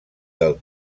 del